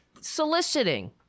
soliciting